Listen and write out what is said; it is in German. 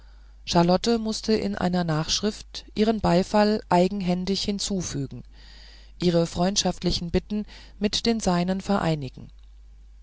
charlotte mußte in einer nachschrift ihren beifall eigenhändig hinzufügen ihre freundschaftlichen bitten mit den seinen vereinigen